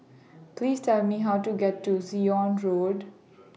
Please Tell Me How to get to Zion Road